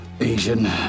Asian